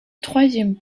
troisième